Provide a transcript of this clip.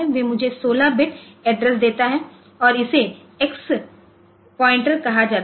वे मुझे 16 bit address देता है और इसे एक्स पॉइंटर कहा जाता है